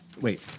wait